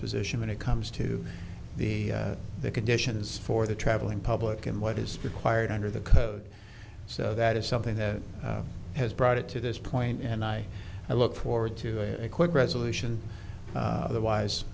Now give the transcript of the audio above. position when it comes to the conditions for the traveling public and what is required under the code so that is something that has brought it to this point and i i look forward to a quick resolution otherwise